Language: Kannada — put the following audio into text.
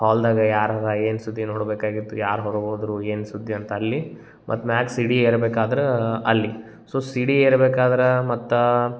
ಹಾಲ್ದಾಗ ಯಾರರ ಏನು ಸುದ್ದಿ ನೋಡಬೇಕಾಗಿತ್ತು ಯಾರ ಹೊರಗ ಹೋದರೂ ಏನು ಸುದ್ದಿ ಅಂತ ಅಲ್ಲಿ ಮತ್ತೆ ಮ್ಯಾಚ್ ಸಿಡಿ ಇರ್ಬೇಕಾದ್ರೆ ಅಲ್ಲಿ ಸೊ ಸಿಡಿ ಇರ್ಬೇಕಾದ್ರೆ ಮತ್ತೆ